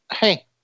hey